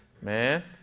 man